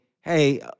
hey